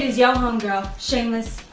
yeah ah homegirl, shameless.